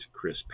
Chris